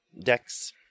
decks